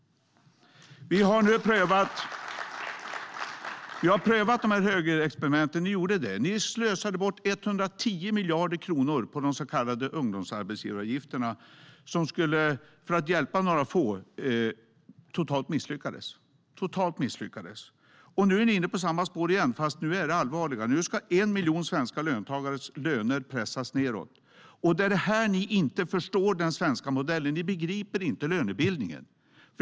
Ni prövade högerexperimenten. Ni slösade bort 110 miljarder kronor på de så kallade ungdomsarbetsgivaravgifterna för att hjälpa några få. Det misslyckades totalt. Nu är ni inne på samma spår igen, fast det är allvarligare. Nu ska 1 miljon svenska löntagares löner pressas nedåt. Men ni begriper inte den svenska modellen och lönebildningen.